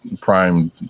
prime